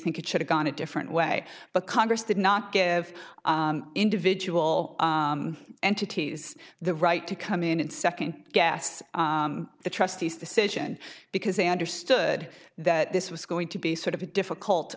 think it should've gone a different way but congress did not give individual entities the right to come in and second guess the trustees decision because they understood that this was going to be sort of a difficult